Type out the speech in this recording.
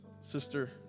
Sister